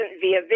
via